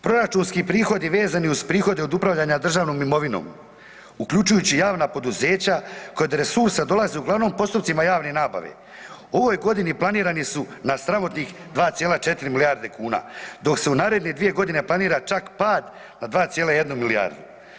Proračunski prihodi vezani uz prihode od upravljanja državnom imovinom uključujući i javna poduzeća koja do resursa dolaze uglavnom postupcima javne nabave u ovoj godini planirani su na sramotnih 2,4 milijarde kuna dok se u naredne dvije godine planira pad na 2,1 milijardu.